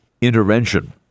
intervention